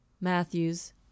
Matthews